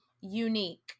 unique